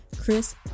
Chris